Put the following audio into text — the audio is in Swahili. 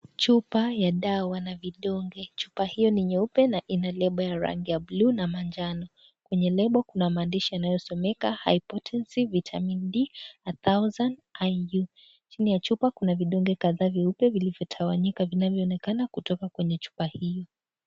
Chupa ya dawa na vidonge ,chupa hiyo ni nyeupe na ina lebo ya rangi ya bluu na manjano. Kwenye lebo kuna maandishi yanayosomeka hypotensive vit D 1000IU ,chini ya chupa kuna vidonge kadhaa vyeupe vilivyotawangika kutoka kwenye chupa hiyo.